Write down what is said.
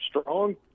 strong